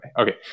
Okay